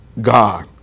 God